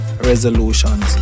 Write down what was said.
resolutions